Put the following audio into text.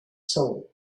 soul